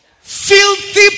filthy